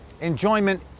Enjoyment